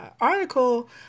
article